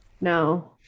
No